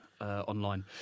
online